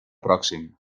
pròxim